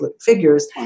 figures